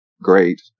great